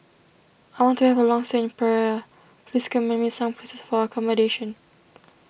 I want to have a long thing in Praia please commend me some places for accommodation